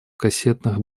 кассетных